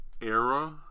era